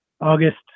August